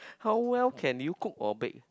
how well can you cook or bake